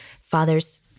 Father's